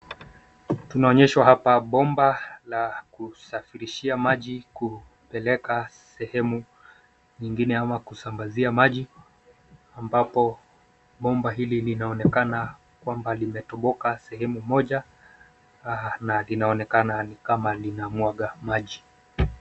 Tunaonyeshwa hapa bomba la kusafirishia maji kupeleka sehemu nyingine ama kusambazia maji; ambapo bomba hili linaonekana kwamba limetoboka sehemu moja na linaonakana ni kama linamwaga maji.